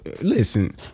listen